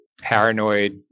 paranoid